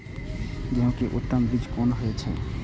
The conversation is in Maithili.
गेंहू के उत्तम बीज कोन होय छे?